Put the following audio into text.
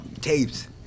tapes